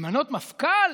למנות מפכ"ל?